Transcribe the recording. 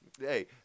Hey